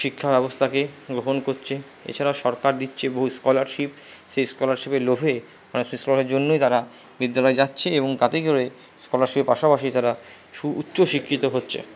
শিক্ষা ব্যবস্থাকে গ্রহণ করছে এছাড়াও সরকার দিচ্ছে বহু স্কলারশিপ সেই স্কলারশিপের লোভে সেই স্কলের জন্যই তারা বিদ্যালয়ে যাচ্ছে এবং তাতে করে স্কলারশিপের পাশাপাশি তারা সু উচ্চ শিক্ষিত হচ্ছে